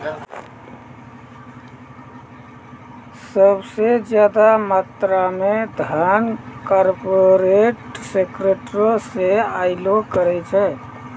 सभ से ज्यादा मात्रा मे धन कार्पोरेटे सेक्टरो से अयलो करे छै